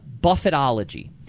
Buffetology